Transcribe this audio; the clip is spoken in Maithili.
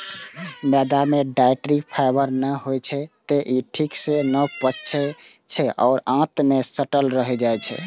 मैदा मे डाइट्री फाइबर नै होइ छै, तें ई ठीक सं नै पचै छै आ आंत मे सटल रहि जाइ छै